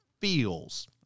feels